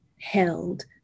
held